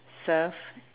surf